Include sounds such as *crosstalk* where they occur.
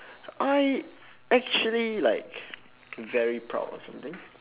*breath* I actually like very proud of something